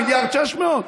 1.6 מיליארד?